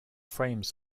frames